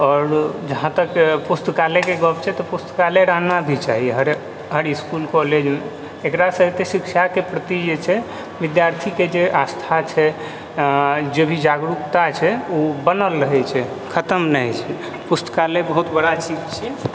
आओर जहाँ तक पुस्तकालयके गप छै तऽ पुस्तकालय रहना भी चाही हर हर इसकुल कॉलेजमे एकरा सबके शिक्षाके प्रति जे छै विद्यार्थीके जे आस्था छै जे भी जागरूकता छै ओ बनल रहै छै खतम नहि होइ छै पुस्तकालय बहुत बड़ा चीज छियै